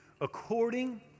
According